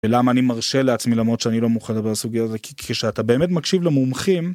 למה אני מרשה לעצמי למרות שאני לא מוכן לדבר על הסוגיה הזו כי כשאתה באמת מקשיב למומחים.